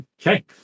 Okay